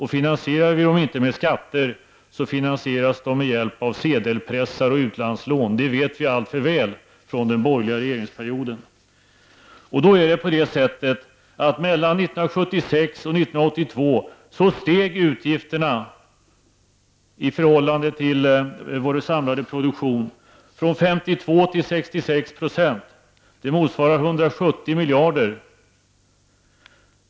Finansierar vi dem inte genom skatter, finansieras de med hjälp av sedelpresser och utlandslån. Det vet vi alltför väl sedan den borgerliga regeringstiden. Mellan 1976 och 1982 steg utgifterna i förhållande till vår samlade produktion från 52 till 66 %. Det motsvarar 170 miljarder.